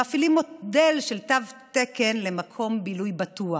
מפעילים מודל של תו תקן למקום בילוי בטוח.